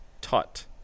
Tut